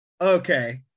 Okay